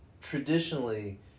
traditionally